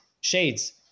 shades